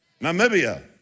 Namibia